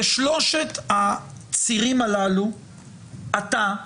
בשלושת הצירים הללו אתה,